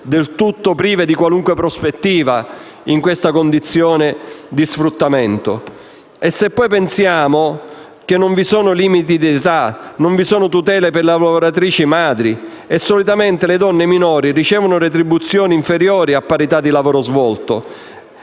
del tutto prive di qualunque prospettiva in una tale condizione di sfruttamento. Inoltre, non vi sono limiti di età, né tutele per le lavoratrici madri e solitamente le donne e i minori ricevono retribuzioni inferiori a parità di lavoro svolto